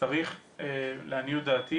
צריך לעניות דעתי